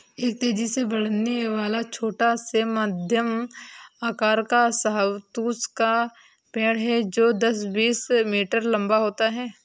एक तेजी से बढ़ने वाला, छोटा से मध्यम आकार का शहतूत का पेड़ है जो दस, बीस मीटर लंबा होता है